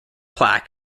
plaque